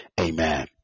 amen